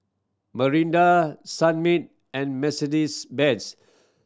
Mirinda Sunmaid and Mercedes Benz